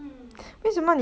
嗯